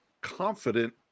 confident